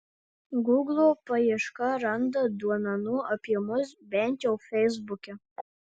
guglo paieška randa duomenų apie mus bent jau feisbuke